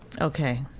Okay